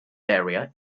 area